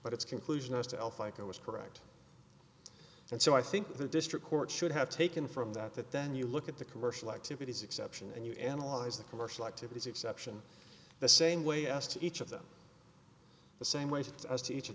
ourself like it was correct and so i think the district court should have taken from that that then you look at the commercial activities exception and you analyze the commercial activities exception the same way i asked each of them the same way to each of